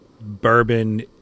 bourbon